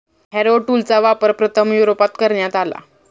Harrow टूलचा वापर प्रथम युरोपात करण्यात आला